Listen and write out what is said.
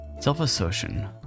Self-assertion